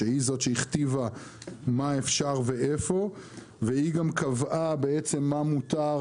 שהיא זאת שהכתיבה מה אפשר ואיפה והיא גם קבעה מה מותר,